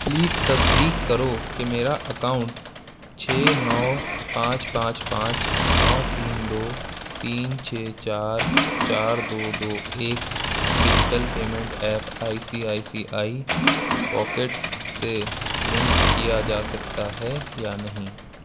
please تصدیق کرو کہ میرا اکاؤنٹ چھ نو پانچ پانچ پانچ نو تین دو تین چھ چار چار دو دو ایک digital payment app I C I C I Pockets سے لنک کیا جا سکتا ہے یا نہیں